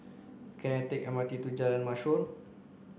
can I take M R T to Jalan Mashor